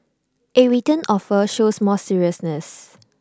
A written offer shows more seriousness